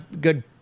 good